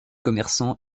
commerçants